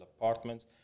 apartments